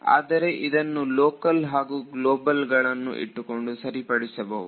ಆದರೆ ಇದನ್ನು ಲೋಕಲ್ ಹಾಗೂ ಗ್ಲೋಬಲ್ ಗಳನ್ನು ಇಟ್ಟುಕೊಂಡು ಸರಿಪಡಿಸಬಹುದು